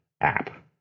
app